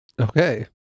okay